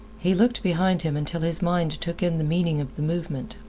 he looked behind him until his mind took in the meaning of the movement.